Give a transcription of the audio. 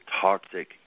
toxic